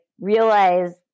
realize